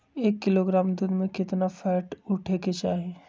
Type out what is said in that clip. एक किलोग्राम दूध में केतना फैट उठे के चाही?